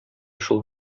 шул